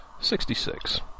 Sixty-six